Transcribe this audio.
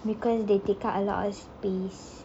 because they take up a lot of space